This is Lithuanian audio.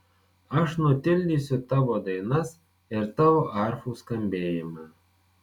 aš nutildysiu tavo dainas ir tavo arfų skambėjimą